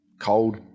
cold